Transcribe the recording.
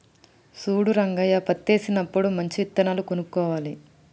చూడు రంగయ్య పత్తేసినప్పుడు మంచి విత్తనాలు కొనుక్కోవాలి